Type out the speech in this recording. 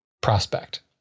prospect